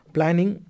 Planning